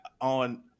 on